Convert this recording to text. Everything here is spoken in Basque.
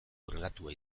purgatua